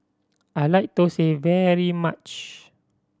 I like thosai very much